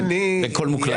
הכול מוקלט.